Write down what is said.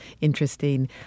interesting